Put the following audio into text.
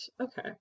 okay